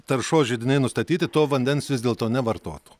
taršos židiniai nustatyti to vandens vis dėlto nevartotų